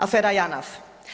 Afera JANAF.